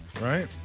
Right